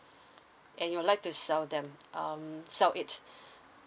and you'll like to sell them um sell it